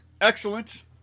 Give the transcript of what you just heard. Excellent